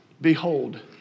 behold